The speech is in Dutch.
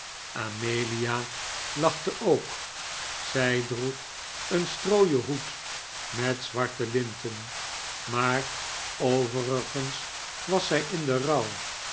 amelia lachte ook zij droeg een strooien hoed met zwarte linten maar overigens was zij in den rouw